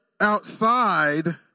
outside